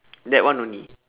that one only